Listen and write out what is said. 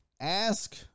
Ask